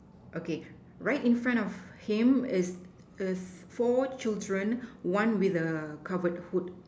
okay right in front of him is is four children one with a covered hood